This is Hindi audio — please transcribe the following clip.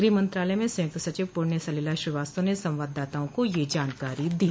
गृह मंत्रालय में संयुक्त सचिव पुण्य सलिला श्रीवास्तव ने संवाददाताओं को यह जानकारी दी